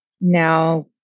now